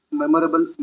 memorable